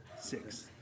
six